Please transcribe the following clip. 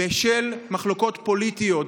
בשל מחלוקות פוליטיות,